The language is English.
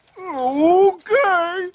Okay